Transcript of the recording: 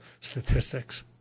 statistics